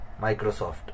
Microsoft